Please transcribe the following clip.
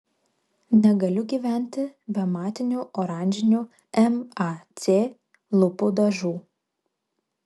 negaliu gyventi be matinių oranžinių mac lūpų dažų